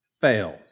fails